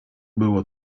było